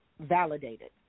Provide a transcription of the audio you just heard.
validated